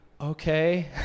okay